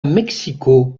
mexico